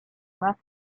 left